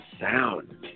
sound